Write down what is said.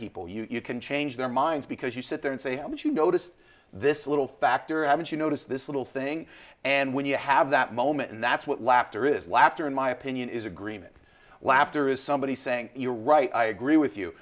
people you can change their minds because you sit there and say haven't you noticed this little factor or haven't you noticed this little thing and when you have that moment and that's what laughter is laughter in my opinion is agreement laughter is somebody saying you're right i agree with you